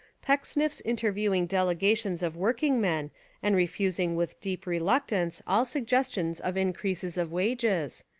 pecksniffs interviewing delegations of work ingmen and refusing with deep reluctance all suggestions of increases of wages,